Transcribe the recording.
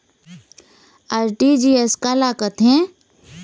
RTGS काला कथें?